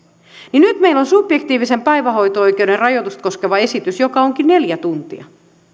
niin nyt meillä on subjektiivisen päivähoito oikeuden rajoitusta koskeva esitys joka onkin neljä tuntia